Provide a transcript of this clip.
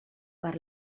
per